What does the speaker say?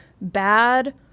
bad